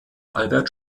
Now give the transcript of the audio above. albert